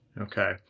Okay